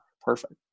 perfect